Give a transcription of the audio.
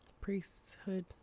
priesthood